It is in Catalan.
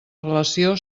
relació